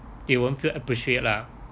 you won't feel appreciate lah